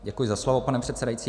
Děkuji za slovo, pane předsedající.